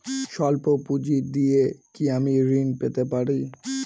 সল্প পুঁজি দিয়ে কি আমি ঋণ পেতে পারি?